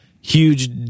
huge